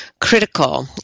critical